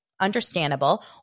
understandable